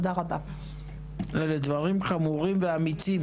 אלו דברים חמורים ואמיצים.